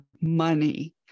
money